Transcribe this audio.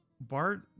Bart